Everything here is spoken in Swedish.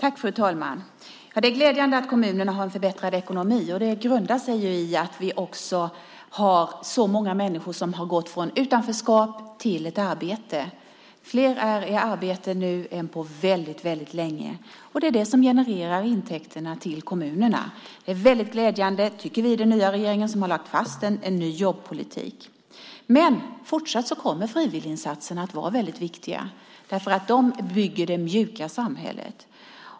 Fru talman! Ja, det är glädjande att kommunerna har en förbättrad ekonomi. Grunden till detta är att det också är så många människor som har gått från utanförskap till ett arbete. Fler är i arbete nu än på väldigt länge, och det är det som genererar intäkterna till kommunerna. Det är väldigt glädjande, tycker vi i den nya regeringen som har lagt fast en ny jobbpolitik. Men fortsatt kommer frivilliginsatserna att vara väldigt viktiga, därför att de bygger det mjuka samhället.